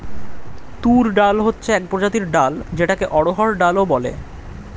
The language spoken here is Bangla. তুর ডাল হচ্ছে এক প্রজাতির ডাল যেটাকে অড়হর ডাল ও বলে